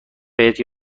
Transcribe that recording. بهت